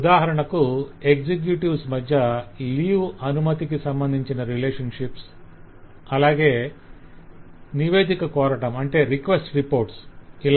ఉదాహరణకు ఎక్సెక్యూటివ్స్ మధ్య 'లీవ్ అనుమతి' కి సంబంధించిన రిలేషన్షిప్స్ అలాగే 'నివేదిక కోరటం' ఇలా